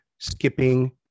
Skipping